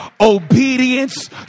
obedience